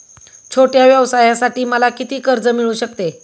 छोट्या व्यवसायासाठी मला किती कर्ज मिळू शकते?